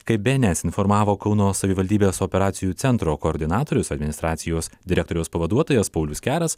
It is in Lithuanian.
kaip bns informavo kauno savivaldybės operacijų centro koordinatorius administracijos direktoriaus pavaduotojas paulius keras